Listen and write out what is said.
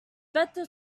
better